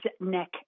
neck